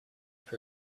for